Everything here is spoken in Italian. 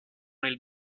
nel